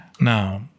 Now